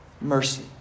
mercy